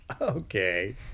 okay